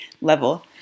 level